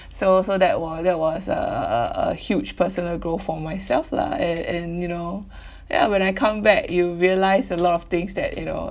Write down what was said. so so that was that was a a a a huge personal growth for myself lah and and you know ya when I come back you realise a lot of things that you know